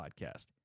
podcast